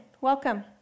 welcome